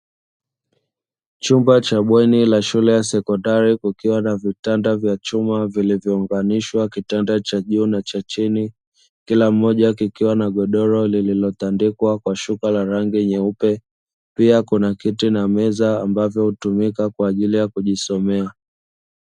Chumba cha bweni la shule ya sekondari kukiwa na vitanda vya chuma vilivyounganishwa kitanda cha juu na chini kila kimoja kikiwa na godoro lililotandikwa kwa shuka la rangi nyeupe pia kuna kiti na meza ambavyo hutumika kwa ajili ya kujisomea.